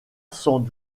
sans